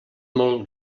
molt